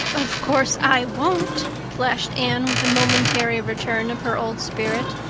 of course i won't, flashed anne, with a momentary return of her old spirit.